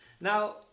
Now